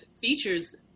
features